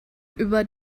über